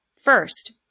First